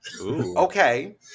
Okay